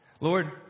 Lord